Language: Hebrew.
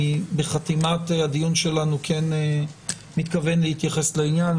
בחתימת הדיון שלנו אני כן מתכוון להתייחס לעניין,